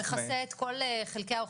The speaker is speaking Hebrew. נעשה את שיעורי הבית,